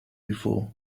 before